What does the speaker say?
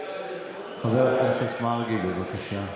חבר הכנסת מרגי, בבקשה.